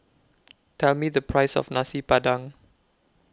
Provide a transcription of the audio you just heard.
Tell Me The Price of Nasi Padang